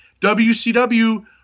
WCW